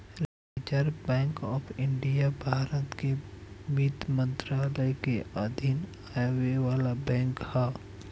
reserve Bank of India Bharat कअ वित्त मंत्रालय के अधीन आवे वाला बैंक हअ